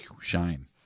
shine